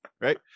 Right